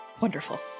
wonderful